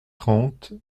trente